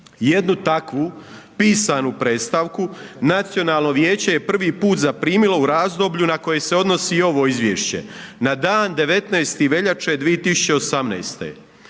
Jednu takvu pisanu predstavku Nacionalno vijeće je prvi put zaprimilo u razdoblju na koje se odnosi ovo izvješće. Na dan 19. veljače 2018.